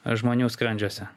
žmonių skrandžiuose